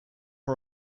are